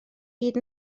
gyd